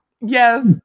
Yes